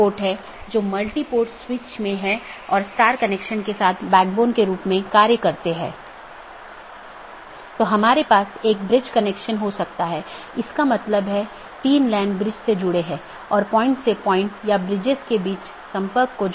दो जोड़े के बीच टीसीपी सत्र की स्थापना करते समय BGP सत्र की स्थापना से पहले डिवाइस पुष्टि करता है कि BGP डिवाइस रूटिंग की जानकारी प्रत्येक सहकर्मी में उपलब्ध है या नहीं